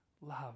love